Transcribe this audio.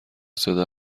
صدا